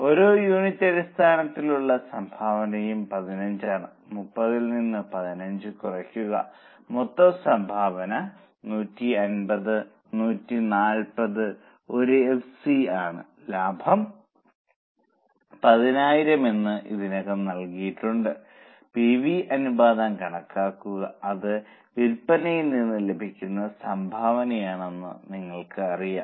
ഓരോ യൂണിറ്റ് അടിസ്ഥാനത്തിൽ ഉള്ള സംഭാവനയും 15 ആണ് 30 ൽ നിന്ന് 15 കുറയ്ക്കുക മൊത്തം സംഭാവന 150 140 ഒരു എഫ്സി ആണ് ലാഭം 10000 എന്ന് ഇതിനകം നൽകിയിട്ടുണ്ട് പി വി അനുപാതം കണക്കാക്കുക അത് വില്പനയിൽ നിന്ന് ലഭിക്കുന്ന സംഭാവനയാണെന്ന് നിങ്ങൾക്ക് അറിയാം